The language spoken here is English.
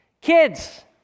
Kids